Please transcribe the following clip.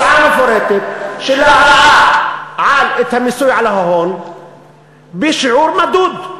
הצעה מפורטת שלא רואה את המיסוי על ההון בשיעור מדוד,